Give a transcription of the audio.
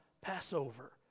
Passover